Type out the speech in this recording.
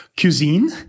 cuisine